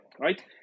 right